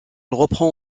reprend